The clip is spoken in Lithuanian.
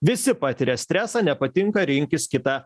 visi patiria stresą nepatinka rinkis kitą